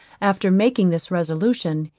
after making this resolution,